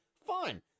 fine